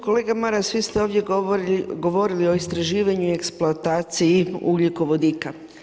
Kolega Maras vi ste ovdje govorili o istraživanju i eksploataciji ugljikovodika.